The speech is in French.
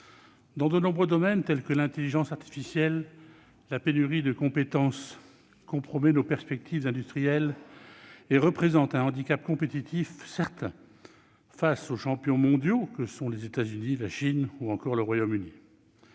Dans de nombreux domaines tels que l'intelligence artificielle, la pénurie de compétences compromet nos perspectives industrielles et représente un handicap compétitif certain face aux champions mondiaux que sont les États-Unis, la Chine ou encore le Royaume-Uni.